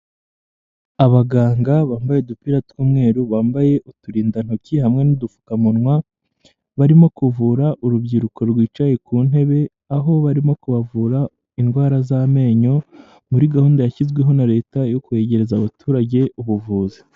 Abaganga bambaye udupira tw'umweru, bambaye uturindantoki hamwe n'udupfukamunwa, barimo kuvura urubyiruko rwicaye ku ntebe, aho barimo kubavura indwara z'amenyo, muri gahunda yashyizweho na leta yo kwegereza abaturage ubuvuzi.